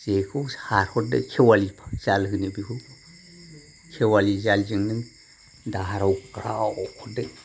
जेखौ सारहरदो केवालि जाल होनो बेखौ केवालि जालजों नों दाहाराव ग्राव हरदो